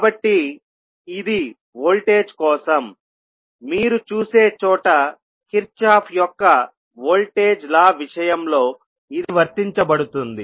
కాబట్టి ఇది వోల్టేజ్ కోసం మీరు చూసే చోట కిర్చోఫ్ యొక్క వోల్టేజ్ లా విషయంలో ఇది వర్తించబడుతుంది